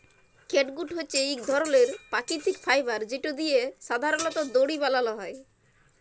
catgut হছে ইক ধরলের পাকিতিক ফাইবার যেট দিঁয়ে সাধারলত দড়ি বালাল হ্যয়